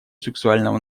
сексуального